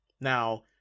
Now